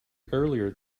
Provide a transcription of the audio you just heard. earlier